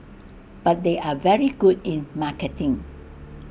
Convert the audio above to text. but they are very good in marketing